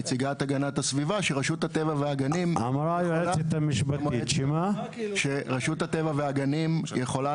נציגת המשרד להגנת הסביבה אמרה שרשות הטבע והגנים יכולה